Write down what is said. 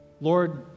Lord